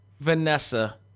Vanessa